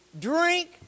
drink